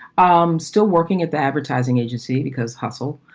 i'm still working at the advertising agency because hustle,